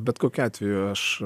bet kokiu atveju aš